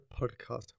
Podcast